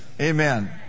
Amen